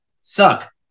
suck